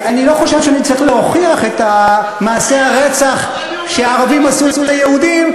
אני לא חושב שאני צריך להוכיח את מעשי הרצח שהערבים עשו ליהודים,